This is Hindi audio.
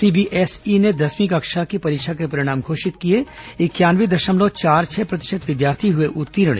सीबीएसई ने दसवीं कक्षा की परीक्षा के परिणाम घोषित किए इंक्यानवे दशमलव चार छह प्रतिशत विद्यार्थी हुए उत्तीर्ण